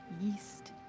Yeast